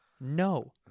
no